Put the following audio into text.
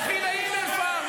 לכי להימלפרב,